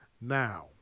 now